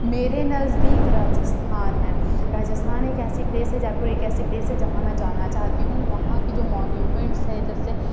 میرے نزدیک راجستھان ہے راجستھان ایک ایسی پلیس ہے جہاں پہ ایک ایسی پلیس ہے جہاں میں جانا چاہتی ہوں وہاں کی جو مونیومینٹس ہے جیسے